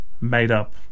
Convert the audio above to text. made-up